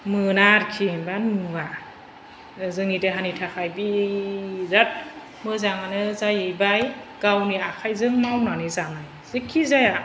मोना आरिखि मानि नुवा जोंनि देहानि थाखाय बिराथ मोजाङानो जाहैबाय गावनि आखाइजों मावनानै जानाय जेखिजाया